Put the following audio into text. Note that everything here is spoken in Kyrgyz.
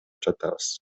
жатабыз